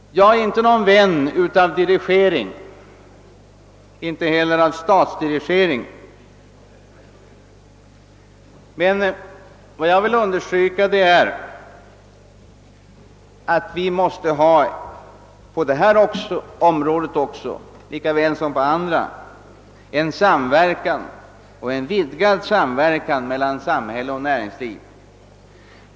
Jag är inte någon vän av dirigering och inte heller av statsdirigering. Vad jag vill understryka är att vi på detta område lika väl som på andra områden måste ha en samverkan och en vidgad samverkan mellan samhälle och näringsliv.